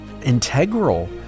integral